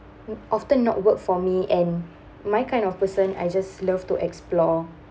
often not work for me and my kind of person I just love to explore